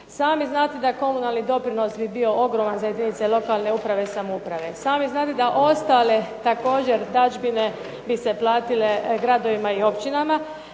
Sami znate da je komunalni doprinos bio ogroman za jedinice lokalne uprave i samouprave. Sami znate da ostale također dažbine bi se platile gradovima i općinama